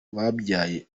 babyaye